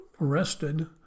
arrested